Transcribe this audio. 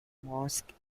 mosques